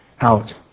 out